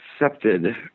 accepted